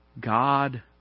God